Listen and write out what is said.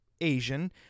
Asian